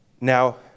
Now